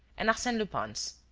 and arsene lupin's.